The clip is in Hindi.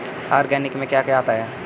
ऑर्गेनिक में क्या क्या आता है?